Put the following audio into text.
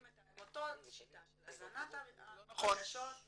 עם אותה שיטה של הזנת -- לא נכון.